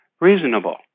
reasonable